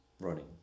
running